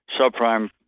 subprime